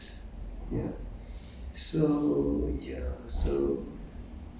then some are on the mountain some on the forest ya